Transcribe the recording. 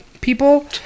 people